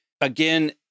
again